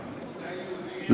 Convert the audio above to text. מדינה יהודית.